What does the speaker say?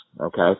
okay